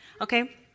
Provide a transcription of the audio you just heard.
Okay